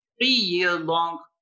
three-year-long